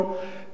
שלם